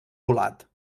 volat